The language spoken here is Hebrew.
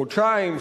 חודשיים,